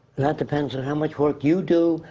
that depends on how much work you do,